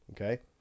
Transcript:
okay